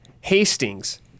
Hastings